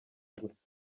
gusa